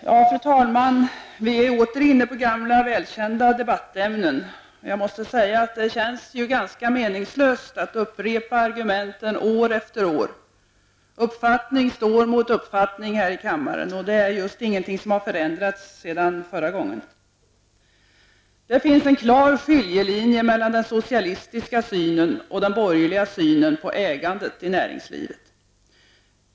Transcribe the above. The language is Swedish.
Fru talman! Vi är åter inne på gamla välkända debattämnen. Jag måste säga att det känns ganska meningslöst att upprepa argumenten år efter år. Uppfattning står mot uppfattning här i kammaren, och det är just ingenting som förändrats sedan förra gången. Det finns en klar skiljelinje mellan den socialistiska och den borgerliga synen på ägandet i näringslivet.